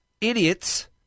idiots